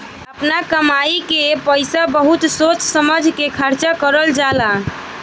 आपना कमाई के पईसा बहुत सोच समझ के खर्चा करल जाला